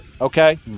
okay